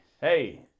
hey